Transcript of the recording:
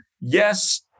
yes